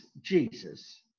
Jesus